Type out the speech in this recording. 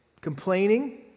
complaining